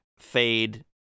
fade